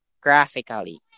graphically